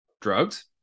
Drugs